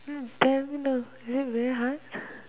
hmm cannot really very hard